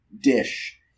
dish